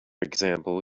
example